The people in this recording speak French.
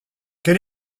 quel